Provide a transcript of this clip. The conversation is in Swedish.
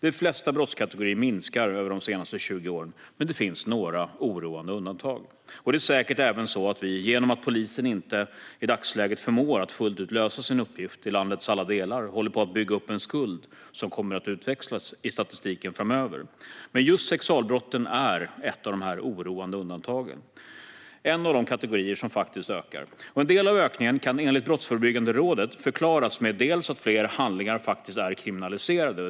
De flesta brottskategorier minskar över de senaste 20 åren, men det finns några oroande undantag. Det är säkert även så att vi, genom att polisen inte i dagsläget förmår att fullt ut lösa sin uppgift i landets alla delar, håller på att bygga upp en skuld som kommer att utväxlas i statistiken framöver. Just sexualbrotten är ett av de oroande undantagen. Det är en av de kategorier som faktiskt ökar. En del av ökningen kan enligt Brottsförebyggande rådet förklaras med att fler handlingar faktiskt är kriminaliserade.